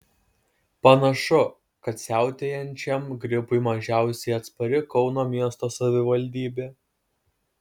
panašu kad siautėjančiam gripui mažiausiai atspari kauno miesto savivaldybė